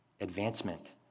advancement